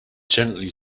gently